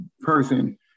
person